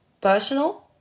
personal